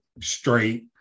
straight